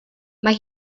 mae